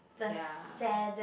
ya